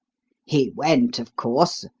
he went, of course,